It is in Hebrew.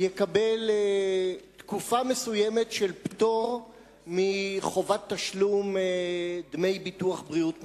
יקבל תקופה מסוימת של פטור מחובת תשלום דמי ביטוח בריאות ממלכתי.